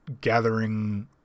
gathering